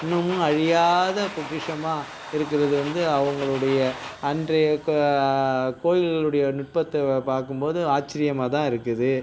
இன்னமும் அழியாத பொக்கிஷமாக இருக்கிறது வந்து அவங்களுடைய அன்றைய கா கோயில்களுடைய நுட்பத்தை பார்க்கும் போது ஆச்சரியமாதான் இருக்குது